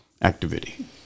activity